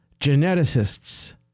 geneticists